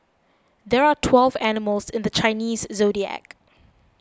there are twelve animals in the Chinese zodiac